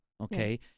okay